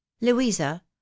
louisa